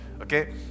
okay